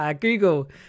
google